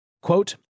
Quote